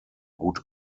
gut